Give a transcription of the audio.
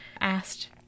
asked